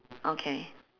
okay